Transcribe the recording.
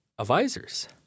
Advisors